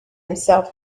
himself